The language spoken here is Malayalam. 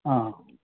ആ